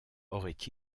auraient